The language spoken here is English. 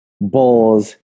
Bulls